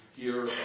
here